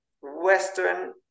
Western